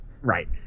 Right